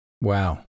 Wow